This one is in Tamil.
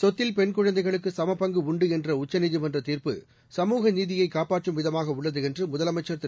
சொத்தில் பெண் குழந்தைகளுக்கு சமபங்கு உண்டு என்ற உச்சநீதிமன்ற தீர்ப்பு சமூகநீதியை காப்பாற்றும் விதமாக உள்ளது என்று முதலமைச்சர் திரு